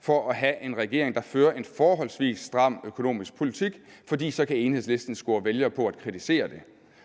for at have en regering, der fører en forholdsvis stram økonomisk politik, for så kan Enhedslisten score vælgere på at kritisere det.